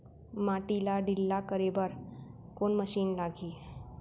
माटी ला ढिल्ला करे बर कोन मशीन लागही?